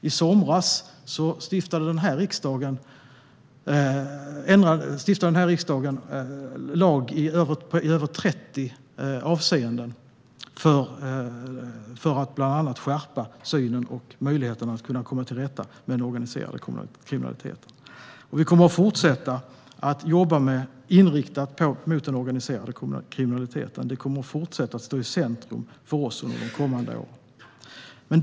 I somras stiftade riksdagen lag i över 30 avseenden för att bland annat skärpa synen på och möjligheten att komma till rätta med den organiserade kriminaliteten. Vi kommer att fortsätta att jobba inriktat mot den organiserade kriminaliteten. Det kommer fortsätta att stå i centrum för oss under de kommande åren.